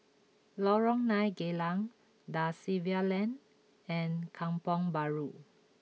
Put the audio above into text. Lorong nine Geylang Da Silva Lane and Kampong Bahru